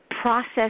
process